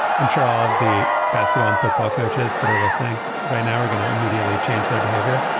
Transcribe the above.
i'm sure ah of the basketball and football coaches that are listening right now we're gonna immediately change their behavior.